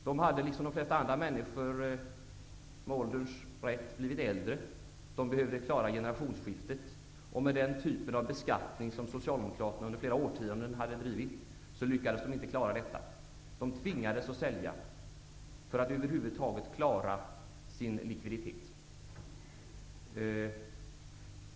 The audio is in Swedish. De hade, liksom de flesta andra människor, med ålderns rätt försökt klara generationsskiftet. Men den typen av beskattning som Socialdemokraterna under flera årtionden hade drivit, lyckades de inte klara det. De tvingades att sälja för att över huvud taget klara sin likviditet.